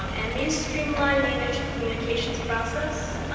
um and these streamline the initial communications process.